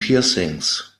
piercings